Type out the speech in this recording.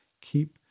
Keep